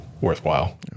worthwhile